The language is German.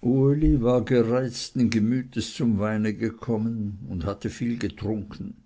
uli war gereizten gemütes zum weine gekommen und hatte viel getrunken